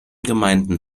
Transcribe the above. gemeinden